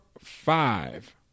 five